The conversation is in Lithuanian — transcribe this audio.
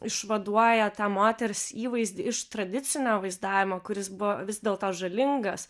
išvaduoja tą moters įvaizdį iš tradicinio vaizdavimo kuris buvo vis dėl to žalingas